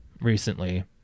recently